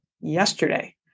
yesterday